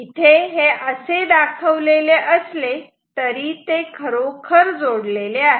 इथे हे असे दाखवलेले असले तरी ते खरोखर जोडलेले आहेत